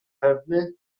pewny